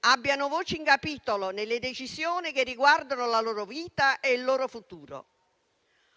abbiano voce in capitolo nelle decisioni che riguardano la loro vita e il loro futuro.